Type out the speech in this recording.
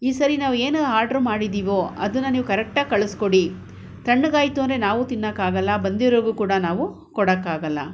ಈ ಸಾರಿ ನಾವು ಏನು ಆಡ್ರು ಮಾಡಿದ್ದೀವೊ ಅದನ್ನ ನೀವು ಕರೆಕ್ಟಾಗಿ ಕಳ್ಸ್ಕೊಡಿ ತಣ್ಣಗಾಯಿತು ಅಂದರೆ ನಾವೂ ತಿನ್ನಕ್ಕೆ ಆಗಲ್ಲ ಬಂದಿರೋರಿಗೂ ಕೂಡ ನಾವು ಕೊಡೊಕ್ಕಾಗಲ್ಲ